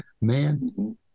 man